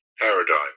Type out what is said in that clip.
paradigm